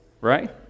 right